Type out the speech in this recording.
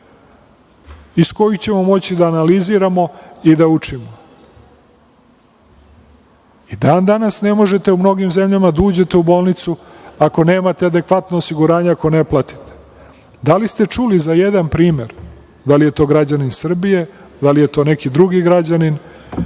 iz kojih ćemo moći da analiziramo i da učimo. Dan danas ne možete u mnogim zemljama da uđete u bolnicu ako nemate adekvatno osiguranje, ako ne platite. Da li ste čuli za jedan primer, da li je to građanin Srbije, da li je to neki drugi građanin,